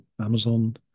Amazon